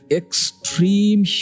extreme